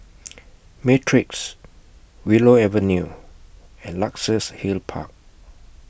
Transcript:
Matrix Willow Avenue and Luxus Hill Park